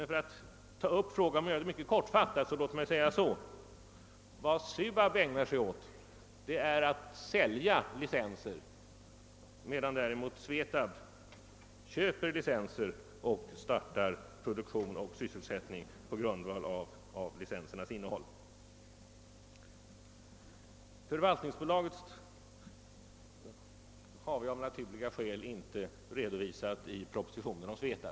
För att mycket kortfattat svara på frågan vill jag säga, att vad SUAB ägnar sig åt är att sälja licenser, medan SVETAB däremot köper licenser och startar produktion och sysselsättning på grundval av licensernas innehåll. Förvaltningsbolaget har vi av natur: liga skäl inte redovisat i propositionen om SVETAB.